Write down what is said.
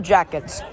Jackets